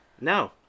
No